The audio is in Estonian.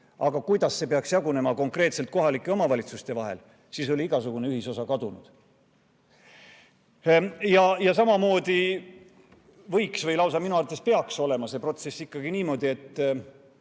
kuidas see peaks jagunema konkreetselt kohalike omavalitsuste vahel, siis oli igasugune ühisosa kadunud. Samamoodi võiks või minu arvates lausa peaks olema see protsess ikkagi niimoodi, et